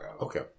Okay